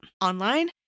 online